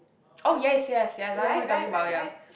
oh yes yes yes I know what you're talking about ya